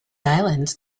islands